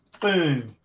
Boom